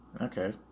okay